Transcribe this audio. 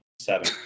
seven